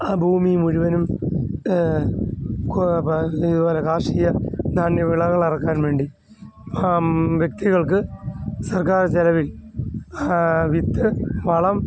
ആ ഭൂമി മുഴുവനും ഇതുപോലെ കാർഷിക നാണ്യ വിളകൾ ഇറക്കാൻ വേണ്ടി വ്യക്തികൾക്ക് സർക്കാർ ചിലവിൽ വിത്ത് വളം